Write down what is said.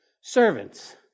servants